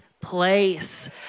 Place